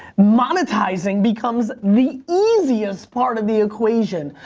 monetizing becomes the easiest part of the equation.